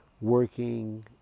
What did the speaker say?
working